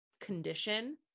condition